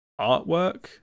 artwork